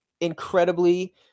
incredibly